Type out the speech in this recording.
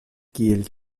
kiel